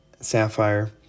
sapphire